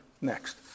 next